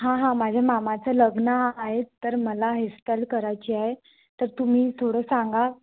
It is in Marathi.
हा हा माझ्या मामाचं लग्न आहे तर मला हेअस्टाईल करायची आहे तर तुम्ही थोडं सांगा